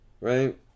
right